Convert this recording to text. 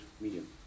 medium